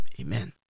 Amen